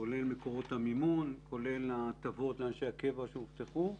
כולל מקורות המימון, ההטבות שהובטחו לאנשי הקבע,